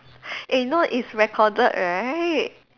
eh you know it's recorded right